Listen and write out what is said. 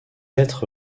être